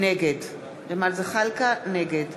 נגד